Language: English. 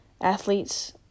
athletes